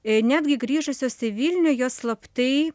ir netgi grįžusios į vilnių jos slaptai